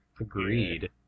Agreed